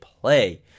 play